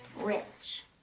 rich.